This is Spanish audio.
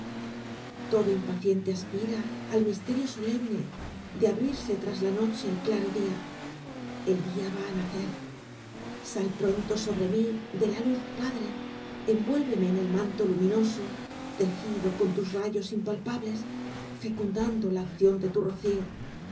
todo impaciente aspira al misterio solemne de abrirse tras la noche el claro día el día va á nacer sal pronto sobre mí de la luz padre envuélveme en el manto luminoso tejido con tus rayos impalpables fecundando la acción de tu rocío